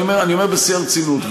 אני אומר בשיא הרצינות,